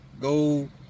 go